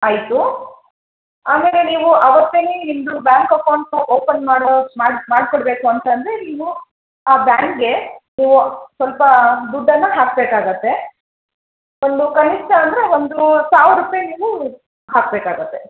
ಆಯಿತು ಆಮೇಲೆ ನೀವು ಅವತ್ತೇ ನಿಮ್ಮದು ಬ್ಯಾಂಕ್ ಅಕೌಂಟ್ ಓಪನ್ ಮಾಡೋ ಮಾಡ್ ಮಾಡಿಕೊಡ್ಬೇಕು ಅಂತಂದರೆ ನೀವು ಬ್ಯಾಂಕ್ಗೆ ನೀವು ಸ್ವಲ್ಪ ದುಡ್ಡನ್ನು ಹಾಕಬೇಕಾಗತ್ತೆ ಒಂದು ಕನಿಷ್ಠ ಅಂದರೆ ಒಂದು ಸಾವಿರ ರೂಪಾಯಿ ನೀವು ಹಾಕಬೇಕಾಗತ್ತೆ